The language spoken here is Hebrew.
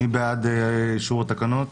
מי בעד אישור התקנות?